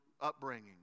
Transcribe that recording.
upbringing